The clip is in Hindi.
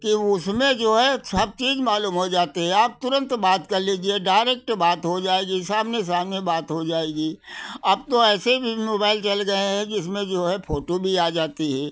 कि उसमें जो है सब चीज मालूम हो जाते हैं आप तुरंत बात कर लीजिए डायरेक्ट बात हो जाएगी सामने सामने बात हो जाएगी अब तो ऐसे भी मोबाइल चल गए हैं जिसमें जो है फोटो भी आ जाती है